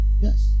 Yes